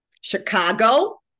Chicago